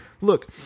Look